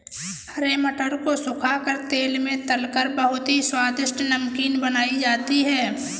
हरे मटर को सुखा कर तेल में तलकर बहुत ही स्वादिष्ट नमकीन बनाई जाती है